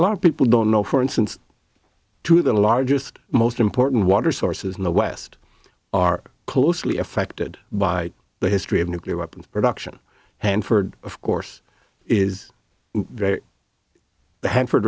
a lot of people don't know for instance two of the largest most important water sources in the west are closely affected by the history of nuclear weapons production hanford of course is very the hanford